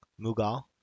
Mughal